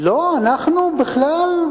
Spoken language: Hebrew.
לא, אנחנו בכלל,